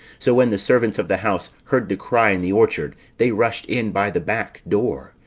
so when the servants of the house heard the cry in the orchard, they rushed in by the back door,